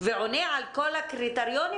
ועונה על כל הקריטריונים?